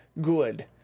good